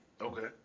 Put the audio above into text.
Okay